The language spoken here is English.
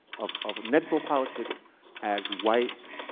of of necropolitics as white